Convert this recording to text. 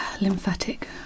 lymphatic